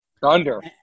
Thunder